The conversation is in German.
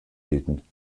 hielten